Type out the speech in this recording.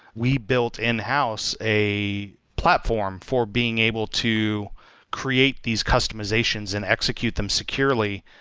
we built in-house a platform for being able to create these customizations and execute them securely.